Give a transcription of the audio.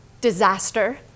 disaster